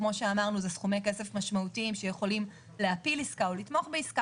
אלה סכומי כסף משמעותיים שיכולים להפיל עסקה או לתמוך בעסקה